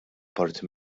parti